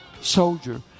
soldier